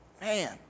man